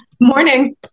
Morning